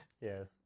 Yes